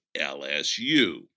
LSU